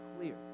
clear